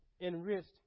enriched